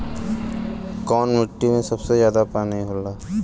कौन मिट्टी मे सबसे ज्यादा पानी होला?